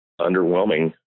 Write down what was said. underwhelming